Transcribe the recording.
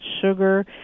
sugar